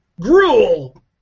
gruel